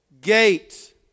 gate